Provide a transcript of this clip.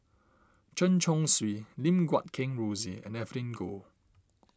Chen Chong Swee Lim Guat Kheng Rosie and Evelyn Goh